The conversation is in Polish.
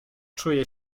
czuję